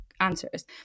answers